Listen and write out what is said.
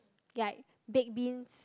ya baked beans